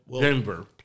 Denver